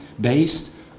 based